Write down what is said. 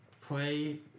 play